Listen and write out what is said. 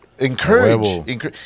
Encourage